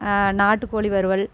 நாட்டுக்கோழி வறுவல்